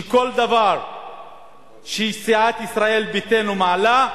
שכל דבר שסיעת ישראל ביתנו מעלה,